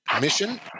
mission